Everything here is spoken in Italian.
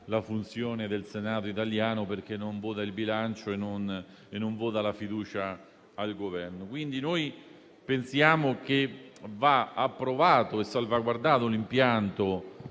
la funzione del Senato italiano, perché non vota il bilancio e non vota la fiducia al Governo. Pensiamo, quindi, che vada approvato e salvaguardato l'impianto